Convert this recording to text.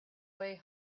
way